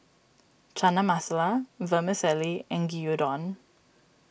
Chana Masala Vermicelli and Gyudon